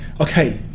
okay